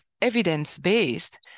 evidence-based